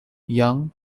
young